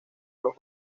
los